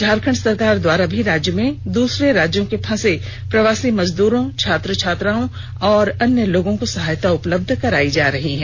झारखंड सरकार द्वारा भी राज्य में दूसरे राज्यों के फंसे प्रवासी मजदूरों छात्र छात्राओं और अन्य लोगों को सहायता उपलब्ध कराई जा रही है